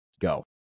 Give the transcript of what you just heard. go